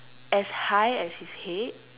as high as his head